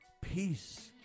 peace